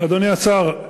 אדוני השר,